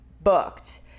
Booked